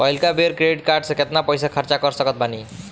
पहिलका बेर credit card से केतना पईसा खर्चा कर सकत बानी?